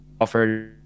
offer